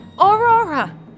Aurora